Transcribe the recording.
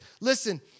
Listen